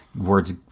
Words